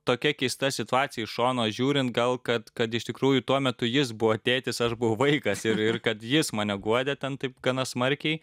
tokia keista situacija iš šono žiūrint gal kad kad iš tikrųjų tuo metu jis buvo tėtis aš buvau vaikas ir ir kad jis mane guodė tad taip gana smarkiai